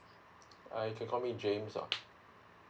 I you can call me james ah